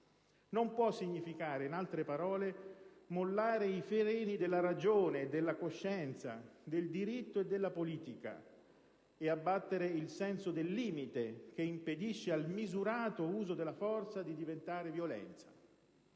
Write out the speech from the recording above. non può significare mollare i freni della ragione e della coscienza, del diritto e della politica e abbattere il senso del limite che impedisce al misurato uso della forza di diventare violenza,